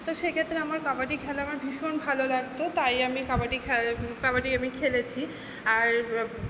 তো সেক্ষেত্রে আমার কাবাডি খেলা আমার ভীষণ ভালো লাগতো তাই আমি কাবাডি খেলা কাবাডি আমি খেলেছি আর